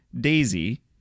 Daisy